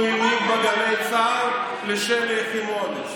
שהוא העניק בגלי צה"ל לשלי יחימוביץ'.